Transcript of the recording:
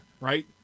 right